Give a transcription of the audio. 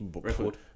record